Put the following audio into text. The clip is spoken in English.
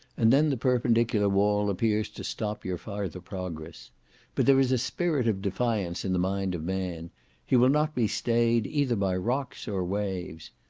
and then the perpendicular wall appears to stop your farther progress but there is a spirit of defiance in the mind of man he will not be stayed either by rocks or waves.